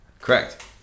Correct